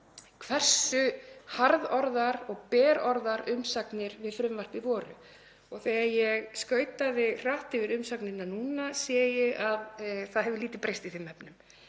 hversu harðorðar og berorðar umsagnir við frumvarpið voru. Þegar ég skautaði hratt yfir umsagnirnar núna sá ég að lítið hefur breyst í þeim efnum.